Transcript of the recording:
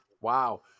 Wow